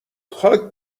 خاک